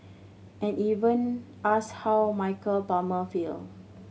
and even asked how Michael Palmer feel